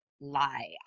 lie